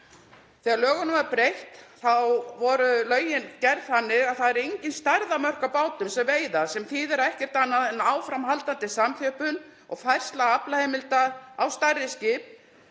Þegar lögunum var breytt þá voru lögin gerð þannig að það eru engin stærðarmörk á bátum sem veiða sem þýðir ekkert annað en áframhaldandi samþjöppun og færsla aflaheimilda á stærri skip,